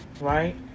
right